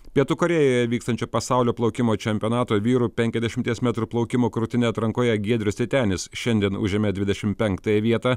pietų korėjoje vykstančio pasaulio plaukimo čempionato vyrų penkiasdešimies metrų plaukimo krūtine atrankoje giedrius titenis šiandien užėmė dvidešim penktąją vietą